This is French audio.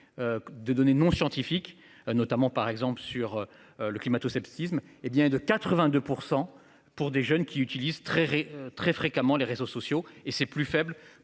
De donner nom scientifique notamment par exemple sur. Le climato-scepticisme. Eh bien, de 82% pour des jeunes qui utilise très très fréquemment les réseaux sociaux et c'est plus faible